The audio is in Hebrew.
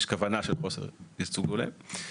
יש כוונה של חוסר ייצוג הולם.